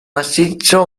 massiccio